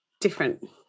different